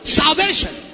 salvation